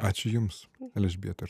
ačiū jums elžbieta